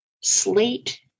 slate